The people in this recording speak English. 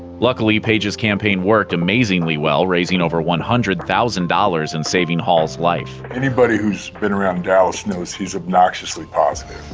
luckily, page's campaign worked amazingly well, raising over one hundred thousand dollars, and saving hall's life. anybody who's been around dallas knows he's obnoxiously positive.